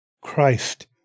Christ